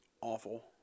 awful